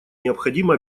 необходимо